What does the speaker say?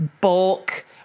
bulk